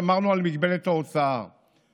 שמרנו על מגבלת ההוצאה,